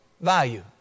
value